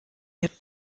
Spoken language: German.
hier